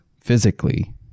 physically